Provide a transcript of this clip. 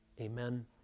amen